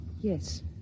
Yes